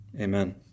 Amen